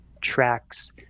tracks